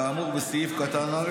כאמור בסעיף קטן (א)